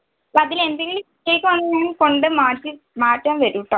അപ്പോൾ അതിൽ എന്തെങ്കിലും മിസ്റ്റേക്ക് വന്നാൽ ഞാൻ കൊണ്ട് മാറ്റി മാറ്റാൻ വരും കേട്ടോ